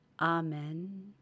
Amen